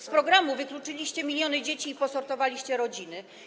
Z programu wykluczyliście miliony dzieci i posortowaliście rodziny.